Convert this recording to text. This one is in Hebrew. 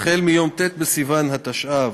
החל מיום ט' בסיוון התשע"ו,